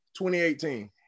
2018